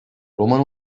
roman